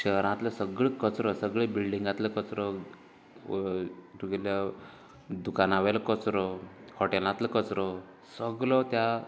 शहरांतलो सगळो कचरो सगळे बिल्डिंगातलो कचरो तुगेल्या दुकाना वयलो कचरो हॉटेलांतलो कचरो सगळो त्या